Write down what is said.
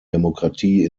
demokratie